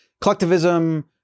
collectivism